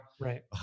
right